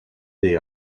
they